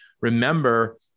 remember